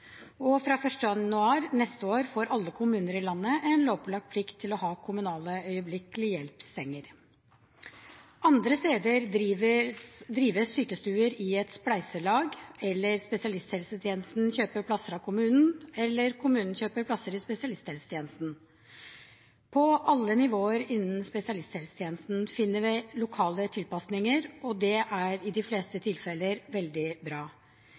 Og fra 1. januar neste år får alle kommuner i landet en lovpålagt plikt til å ha kommunale øyeblikkelig hjelp-senger. Andre steder drives sykestuer i et spleiselag, spesialisthelsetjenesten kjøper plasser av kommunen, eller kommunen kjøper plasser i spesialisthelsetjenesten. På alle nivåer innen spesialisthelsetjenesten finner vi lokale tilpasninger, og det er i de fleste tilfeller veldig bra.